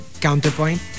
counterpoint